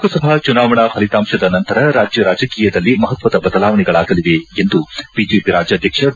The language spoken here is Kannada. ಲೋಕಸಭಾ ಚುನಾವಣಾ ಫಲಿತಾಂಶದ ನಂತರ ರಾಜ್ಯ ರಾಜಕೀಯದಲ್ಲಿ ಮಹತ್ವದ ಬದಲಾವಣೆಯಾಗಲಿದೆ ಎಂದು ಬಿಜೆಪಿ ರಾಜ್ಯಾಧ್ಯಕ್ಷ ಬಿ